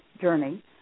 journey